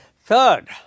third